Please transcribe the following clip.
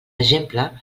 exemple